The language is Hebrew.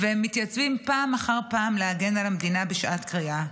ומתייצבים פעם אחר פעם להגן על המדינה בשעת קריאה,